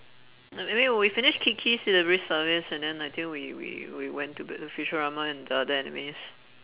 no maybe when we finish kiki's delivery service and then I think we we we went to a bit of futurama and the other animes